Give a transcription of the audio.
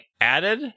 added